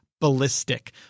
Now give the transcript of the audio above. ballistic